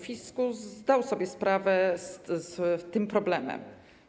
Fiskus zdał sobie sprawę z tego problemu.